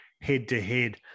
head-to-head